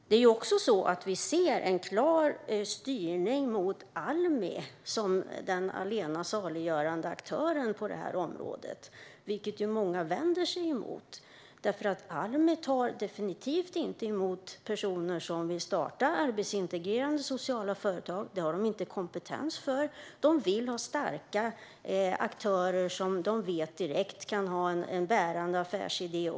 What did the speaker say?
Det är också så att vi ser en klar styrning mot Almi som den allena saliggörande aktören på det här området, vilket många vänder sig emot. Almi tar definitivt inte emot personer som vill starta arbetsintegrerande sociala företag. Det har de inte kompetens för. De vill ha starka aktörer som de vet kan ha en bärande affärsidé direkt.